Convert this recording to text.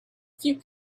few